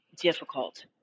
difficult